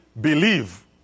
believe